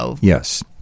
Yes